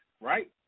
right